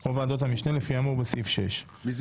או ועדות המשנה לפי האמור בסעיף 6. מי זה